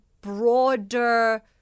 broader